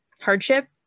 hardship